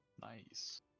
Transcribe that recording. Nice